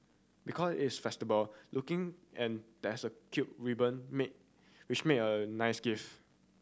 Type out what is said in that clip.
because it's festival looking and there's a cute ribbon may which make a nice gift